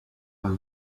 and